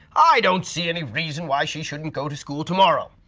i don't see any reason why she shouldn't go to school tomorrow.